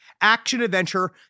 action-adventure